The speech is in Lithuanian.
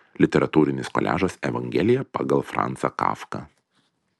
literatūrinis koliažas evangelija pagal francą kafką